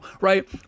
right